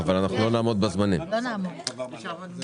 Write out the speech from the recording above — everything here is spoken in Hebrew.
אבל אז כל שאר המשרדים יחכו לשבוע הבא עם הרביזיות.